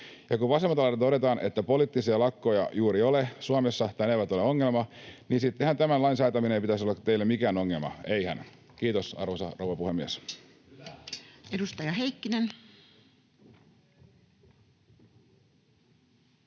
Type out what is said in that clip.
kun vasemmalta laidalta todetaan, että poliittisia lakkoja ei juuri ole Suomessa tai ne eivät ole ongelma, niin sittenhän tämän lain säätämisen ei pitäisi olla teille mikään ongelma, eihän? — Kiitos, arvoisa rouva puhemies. [Speech